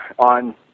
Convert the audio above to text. on